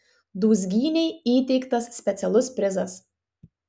dūzgynei įteiktas specialus prizas